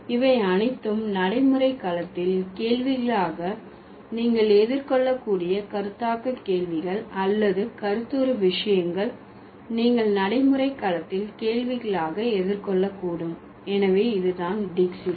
இவை அனைத்தும் நடைமுறை களத்தில் கேள்விகளாக நீங்கள் எதிர்கொள்ள கூடிய கருத்தாக்க கேள்விகள் அல்லது கருத்துரு விஷயங்கள் நீங்கள் நடைமுறை களத்தில் கேள்விகளாக எதிர் கொள்ளக்கூடும் எனவே இது தான் டீக்சிஸ்